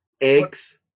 eggs